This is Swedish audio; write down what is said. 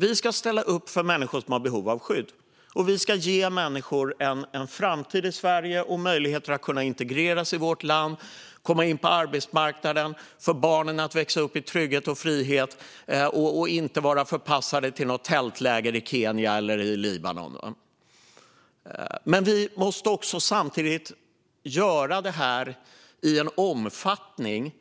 Vi ska ställa upp för människor som har behov av skydd och ge dem en framtid i Sverige. Vi ska ge dem möjligheter att integreras i vårt land och komma in på arbetsmarknaden. Barnen ska få växa upp i trygghet och frihet. De ska inte vara förpassade till något tältläger i Kenya eller Libanon. Den andra principen är att vi måste göra det här i en omfattning